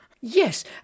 Yes